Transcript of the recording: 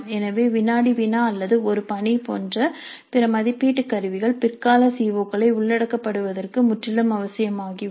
எனவே வினாடி வினா அல்லது ஒரு பணி போன்ற பிற மதிப்பீட்டு கருவிகள் பிற்கால சிஓ களை உள்ளடக்கப் படுவதற்கு முற்றிலும் அவசியமாகிவிடும்